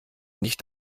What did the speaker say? nicht